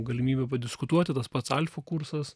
galimybė padiskutuoti tas pats alfa kursas